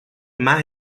más